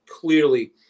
clearly